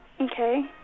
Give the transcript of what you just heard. Okay